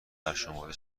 برشمرده